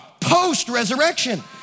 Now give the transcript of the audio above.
post-resurrection